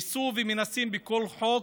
ניסו ומנסים בכל חוק,